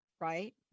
Right